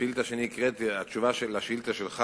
התשובה לשאילתא שלך,